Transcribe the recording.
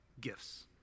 gifts